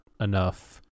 enough